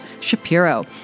Shapiro